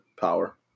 Power